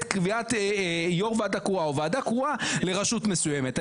קביעת יו"ר ועדה קרואה או ועדה קרואה לרשות מסוימת.